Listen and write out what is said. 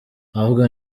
ahubwo